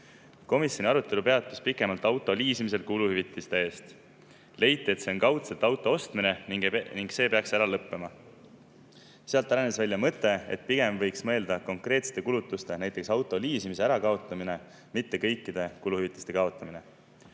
Komisjoni arutelu peatus pikemalt auto liisimisel kuluhüvitiste eest. Leiti, et see on kaudselt auto ostmine ning see peaks ära lõppema. Sealt arenes välja idee, et pigem võiks mõelda konkreetsete kulutuste, näiteks auto liisimise lõpetamisele, mitte kõikide kuluhüvitiste kaotamisele.